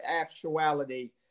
actuality